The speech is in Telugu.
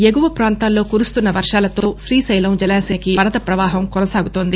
ఎగువ ప్రాంతాల్లో కురుస్తున్స వర్షాలతో శ్రీశైలం జలాశయానికి వరద ప్రవాహం కొనసాగుతోంది